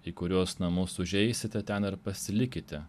į kuriuos namus užeisite ten ir pasilikite